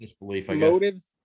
motives